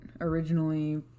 originally